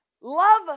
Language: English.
love